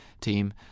team